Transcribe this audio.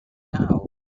now